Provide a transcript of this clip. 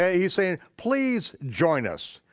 ah he's saying please join us,